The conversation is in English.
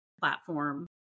platform